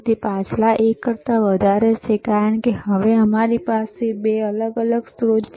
તે પાછલા એક કરતા વધારે છે કારણ કે હવે અમારી પાસે બે અલગ અલગ સ્ત્રોત છે